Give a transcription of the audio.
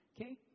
Okay